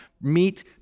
meet